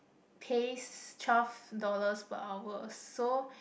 pays twelve dollars per hour so